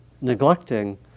neglecting